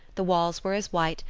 the walls were as white,